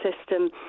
system